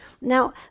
Now